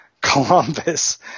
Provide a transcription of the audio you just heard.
Columbus